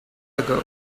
ago